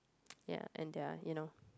ya and their you know